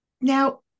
Now